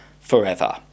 forever